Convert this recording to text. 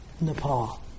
Nepal